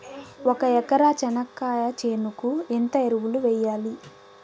ఒక ఎకరా చెనక్కాయ చేనుకు ఎంత ఎరువులు వెయ్యాలి?